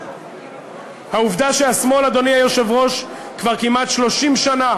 העובדה שהשמאל, אדוני היושב-ראש, כבר כמעט 30 שנה